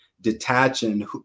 detaching